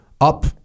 up